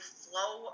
flow